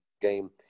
game